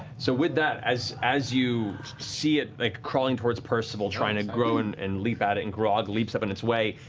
so with that, as as you see it like crawling towards percival, trying to grow and and leap at it, and grog leaps up in its way,